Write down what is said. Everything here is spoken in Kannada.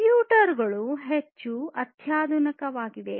ಕಂಪ್ಯೂಟರ್ ಗಳು ಹೆಚ್ಚು ಅತ್ಯಾಧುನಿಕವಾಗಿವೆ